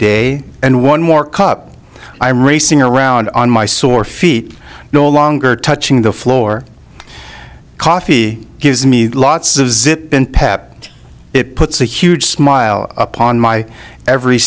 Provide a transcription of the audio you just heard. day and one more cup i am racing around on my sore feet no longer touching the floor coffee gives me lots of zip in pep it puts a huge smile upon my every